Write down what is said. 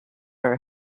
our